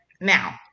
now